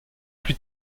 plus